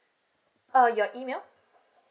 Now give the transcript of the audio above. oh your email